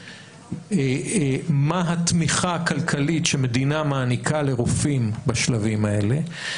מה התמיכה הכלכלית שמדינה מעניקה לרופאים בשלבים האלה,